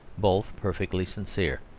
both perfectly sincere.